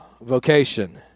vocation